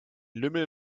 lümmel